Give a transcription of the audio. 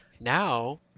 Now